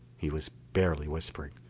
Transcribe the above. he was barely whispering.